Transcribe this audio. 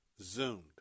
zoomed